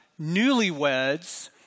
newlyweds